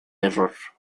error